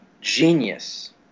genius –